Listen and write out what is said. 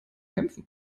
kämpfen